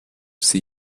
see